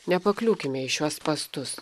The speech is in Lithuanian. nepakliūkime į šiuos spąstus